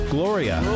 Gloria